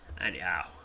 Anyhow